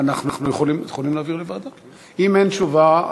אם אין תשובה,